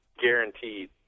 guaranteed